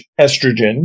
estrogen